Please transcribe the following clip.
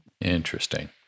Interesting